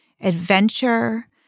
adventure